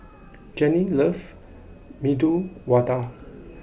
Jenny loves Medu Vada